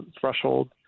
threshold